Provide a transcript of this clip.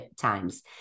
times